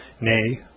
nay